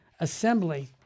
assembly